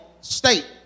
state